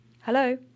Hello